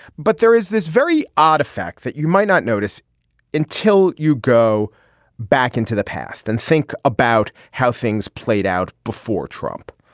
but there is this very odd effect that you might not notice until you go back into the past and think about how things played out before trump.